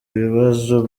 ibibazo